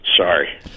Sorry